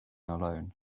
alone